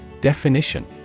Definition